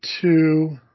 two